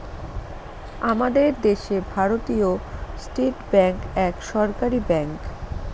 আমাদের দেশে ভারতীয় স্টেট ব্যাঙ্ক এক সরকারি ব্যাঙ্ক